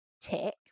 tick